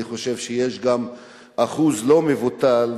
אני חושב שיש גם אחוז לא מבוטל,